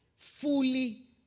Fully